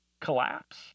collapse